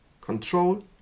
control